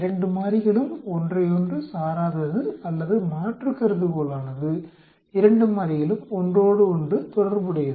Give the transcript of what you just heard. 2 மாறிகளும் ஒன்றையோன்று சாராதது அல்லது மாற்று கருதுகோளானது 2 மாறிகளும் ஒன்றோடொன்று தொடர்புடையது